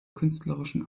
künstlerischen